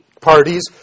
parties